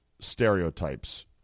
stereotypes